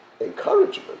encouragement